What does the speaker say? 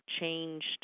changed